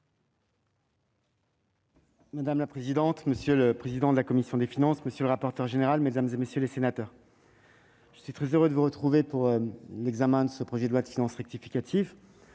Madame la présidente, monsieur le président de la commission des finances, monsieur le rapporteur général, mesdames, messieurs les sénateurs, je suis très heureux de vous retrouver pour l'examen du projet de loi de finances rectificative